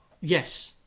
Yes